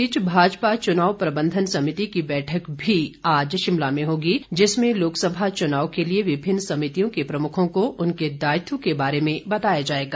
इस बीच भाजपा चुनाव प्रबन्धन समिति की बैठक भी आज शिमला में होगी जिसमें लोकसभा चुनाव के लिए विभिन्न समितियों के प्रमुखों को उनके दायित्व के बारे में बताया जाएगा